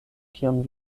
kion